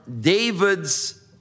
David's